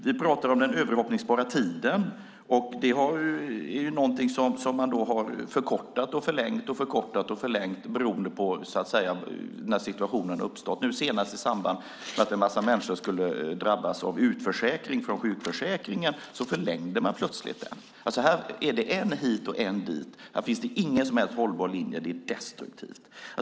Det pratas om den överhoppningsbara tiden, och den är något man har förkortat och förlängt och förkortat och förlängt beroende på vilka situationer som uppstått. Nu senast, i samband med att en massa människor skulle drabbas av utförsäkring från sjukförsäkringen, förlängde man plötsligt den. Det är än hit och än dit. Det finns ingen som helst hållbar linje. Det är bara destruktivt.